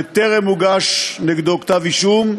וטרם הוגש נגדו כתב-אישום,